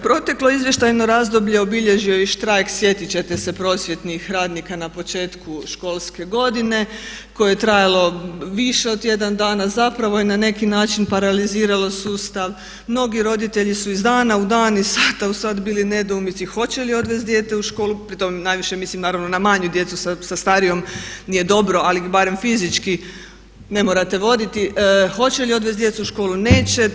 Proteklo izvještajno razdoblje obilježio je i štrajk sjetit ćete se prosvjetnih radnika na početku školske godine koje je trajalo više od tjedan dana, zapravo je na neki način paraliziralo sustav, mnogi roditelji su iz dana u dan, iz sata u sat bili u nedoumici hoće li odvest dijete u školu, pri tom najviše mislim naravno na manju djecu sa starijom nije dobro, ali barem fizički ne morate voditi, hoće li odvesti djecu u školu, neće.